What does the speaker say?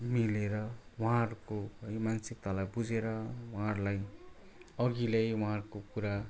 मिलेर उहाँहरूको मानसिकतालाई बुझेर उहाँहरूलाई अघि ल्याइ उहाँहरूको कुरा